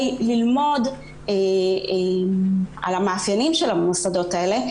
ללמוד על המאפיינים של המוסדות האלה.